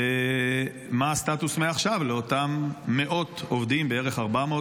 ומה הסטטוס מעכשיו לאותם מאות עובדים, בערך 400,